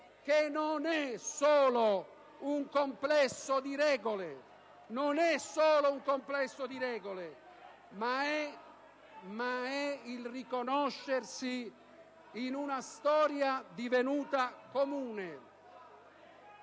non è solo un complesso di regole, ma è il riconoscersi in una storia divenuta comune.